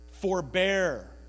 Forbear